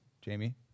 Jamie